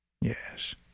Yes